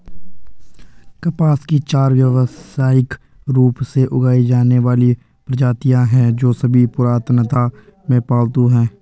कपास की चार व्यावसायिक रूप से उगाई जाने वाली प्रजातियां हैं, जो सभी पुरातनता में पालतू हैं